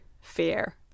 fear